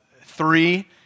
three